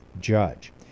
judge